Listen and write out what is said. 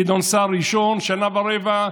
גדעון סער ראשון, שנה ורבע,